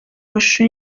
mashusho